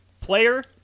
player